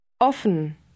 Offen